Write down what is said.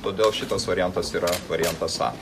todėl šitas variantas yra variantas a